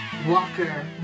Walker